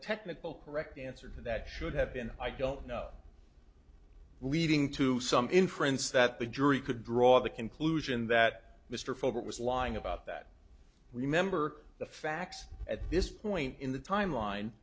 technical correct answer to that should have been i don't know leading to some inference that the jury could draw the conclusion that mr foote was lying about that we remember the facts at this point in the timeline